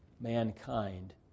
mankind